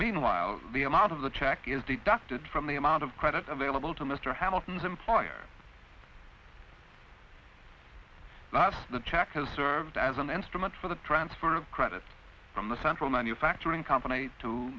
meanwhile the amount of the check is deducted from the amount of credit available to mr hamilton's employer the check has served as an instrument for the transfer of credit from the central manufacturing company to